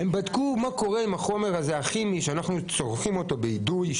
הם בדקו מה קורה עם החומר הכימי שאנחנו צורכים באידוי,